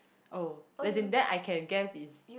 oh as in then I can guess is